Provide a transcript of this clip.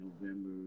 November